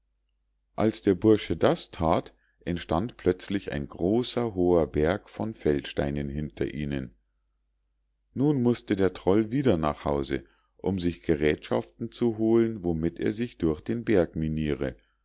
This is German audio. als der bursch das that entstand plötzlich ein großer hoher berg von feldsteinen hinter ihnen nun mußte der troll wieder nach hause um sich geräthschaften zu holen womit er sich durch den berg